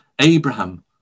Abraham